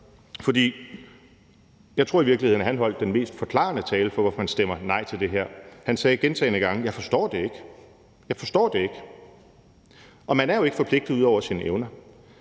at han holdt den mest forklarende tale om, hvorfor han stemmer nej til det her. Han sagde gentagne gange: Jeg forstår det ikke, jeg forstår det ikke. Og man er jo ikke forpligtet ud over sine evner.